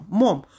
mom